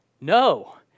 no